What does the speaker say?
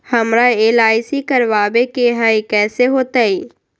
हमरा एल.आई.सी करवावे के हई कैसे होतई?